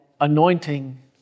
anointing